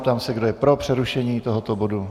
Ptám se, kdo je pro přerušení tohoto bodu?